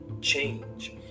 change